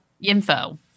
info